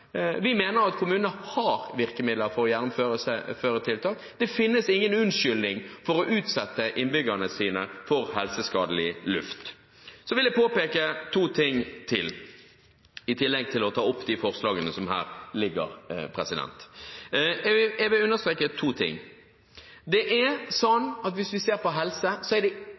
Vi mener at kommunene har virkemidler for å gjennomføre tiltak. Det finnes ingen unnskyldning for å utsette innbyggerne sine for helseskadelig luft. Så vil jeg påpeke to ting i tillegg til å ta opp de forslagene som ligger her. Hvis vi ser på helse, er det